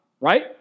right